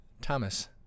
thomas